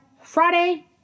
Friday